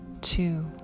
two